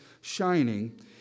shining